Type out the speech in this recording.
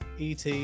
ET